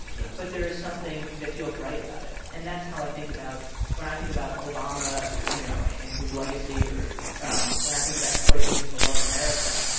yeah but there is something that feels right about it. and that's how i think about when i think about obama, you know, and his legacy, or um when i think about what it means to love america,